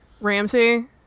Ramsey